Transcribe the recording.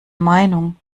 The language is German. meinung